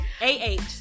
A-H